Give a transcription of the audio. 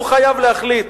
הוא חייב להחליט.